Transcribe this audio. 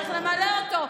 צריך למלא אותו.